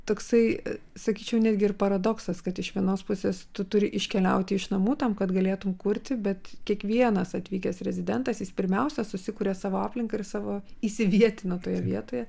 toksai sakyčiau netgi ir paradoksas kad iš vienos pusės tu turi iškeliauti iš namų tam kad galėtum kurti bet kiekvienas atvykęs rezidentas jis pirmiausia susikuria savo aplinką ir savo įsivietina toje vietoje